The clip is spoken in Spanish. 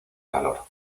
calor